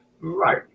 Right